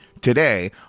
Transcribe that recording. today